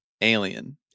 Alien